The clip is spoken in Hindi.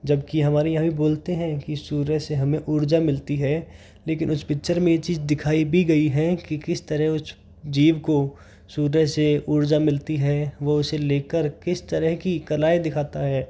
जबकि हमारे यहाँ भी बोलते हैं कि सूर्य से हमें ऊर्जा मिलती है लेकिन उस पिक्चर में ये चीज़ दिखाई भी गई है कि किस तरह जीव को सूर्य से ऊर्जा मिलती है वो उसे लेकर किस तरह की कलाएँ दिखाता है